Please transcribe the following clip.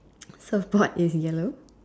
surfboard is yellow